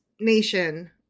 nation